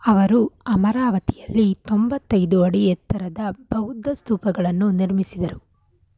ಅವರು ಅಮರಾವತಿಯಲ್ಲಿ ತೊಂಬತ್ತೈದು ಅಡಿ ಎತ್ತರದ ಬೌದ್ಧ ಸ್ತೂಪಗಳನ್ನು ನಿರ್ಮಿಸಿದರು